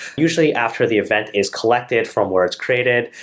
usually after the event is collected from where it's created.